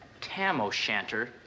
tam-o-shanter